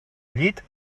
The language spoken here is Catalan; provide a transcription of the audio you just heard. llit